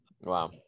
Wow